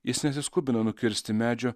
jis nesiskubina nukirsti medžio